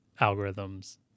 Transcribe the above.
algorithms